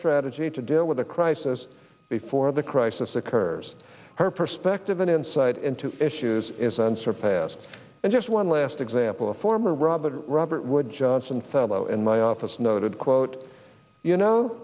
strategy to deal with a crisis before the crisis occurs her perspective and insight into issues is unsurpassed and just one last example a former robert robert wood johnson fellow in my office noted quote you know